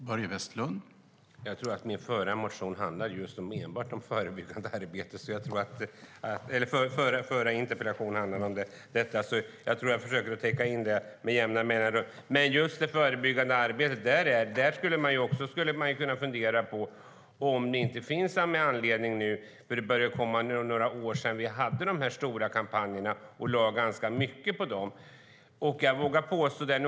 Herr talman! Jag tror att min tidigare interpellation just handlade om förebyggande arbete. Jag försöker täcka in det med jämna mellanrum. När det gäller det förebyggande arbetet skulle man också kunna fundera på om det inte finns anledning att se över lagen. Det är några år sedan vi hade de stora kampanjerna och lade ganska mycket resurser på dem.